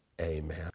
amen